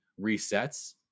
resets